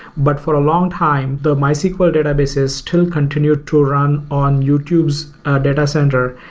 but for a long time, the mysql databases still continue to run on youtube's data center,